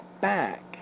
back